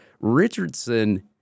richardson